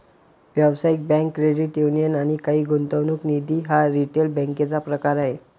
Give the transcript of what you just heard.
व्यावसायिक bank, credit union आणि काही गुंतवणूक निधी हा रिटेल बँकेचा प्रकार आहे